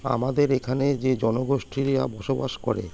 আমাদের এখানে যে জনগোষ্ঠীরা বসবাস করে